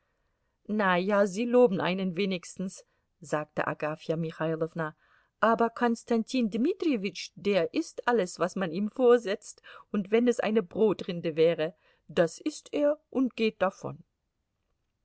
na ja sie loben einen wenigstens sagte agafja michailowna aber konstantin dmitrijewitsch der ißt alles was man ihm vorsetzt und wenn es eine brotrinde wäre das ißt er und geht davon